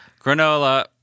Granola